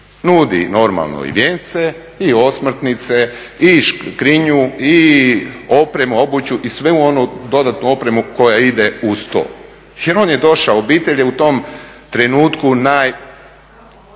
nudi normalno i vijence i osmrtnice i škrinju i opremu, obuću i sve u onu dodatnu opremu koja ide uz to. Jer on je došao, obitelj je u tom trenutku